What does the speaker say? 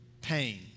pain